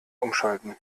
umschalten